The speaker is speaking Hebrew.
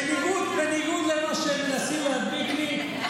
בניגוד למה שמנסים להדביק לי,